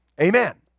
Amen